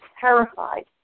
terrified